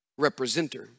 representer